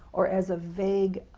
or as a vague,